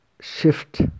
shift